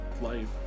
life